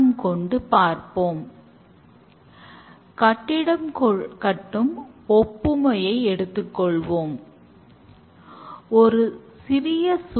code மதிப்பீடானது சோதனையை விட சிறந்தது